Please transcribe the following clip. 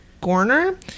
Gorner